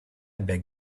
beg